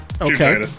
Okay